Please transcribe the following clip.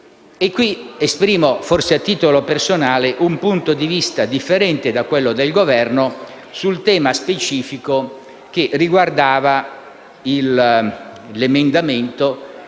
E qui esprimo, forse a titolo personale, un punto di vista differente da quello del Governo sul tema specifico che riguardava l'emendamento